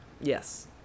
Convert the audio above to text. Yes